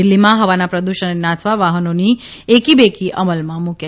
દિલ્હીમાં હવાના પ્રદૂષણને નાથવા વાહનોની એકી બેકી અમલમાં મૂકી છે